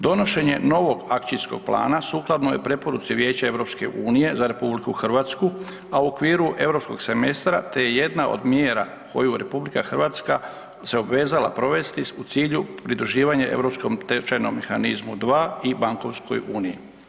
Donošenje novog akcijskog plana sukladno je preporuci Vijeća EU za RH, a u okviru europskog semestra te je jedna od mjera koju RH se obvezala provesti u cilju pridruživanje Europskom tečajnom mehanizmu II i Bankovskoj uniji.